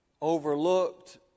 overlooked